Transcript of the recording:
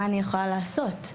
מה אני יכולה לעשות?